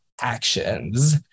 actions